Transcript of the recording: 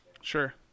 sure